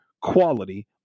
quality